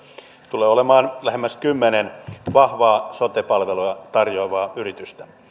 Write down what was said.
tulee olemaan lähemmäs kymmenen vahvaa sote palveluja tarjoavaa yritystä